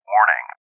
Warning